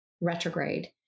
retrograde